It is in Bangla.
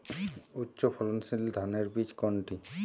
উচ্চ ফলনশীল ধানের বীজ কোনটি?